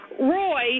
Roy